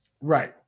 Right